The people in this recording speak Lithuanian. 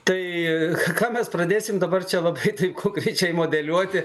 tai ką mes pradėsim dabar čia labai taip konkrečiai modeliuoti